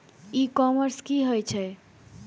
ई commerce की होए छै?